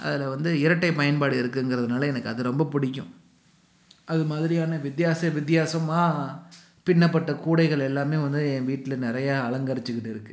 அதில் வந்து இரட்டை பயன்பாடு இருக்குங்கறதுனால எனக்கு அது ரொம்ப பிடிக்கும் அது மாதிரியானா வித்யாச வித்யாசமாக பின்னப்பட்ட கூடைகள் எல்லாமே வந்து ஏன் வீட்டில நிறையா அலங்கரிச்சிக்கிட்டு இருக்கு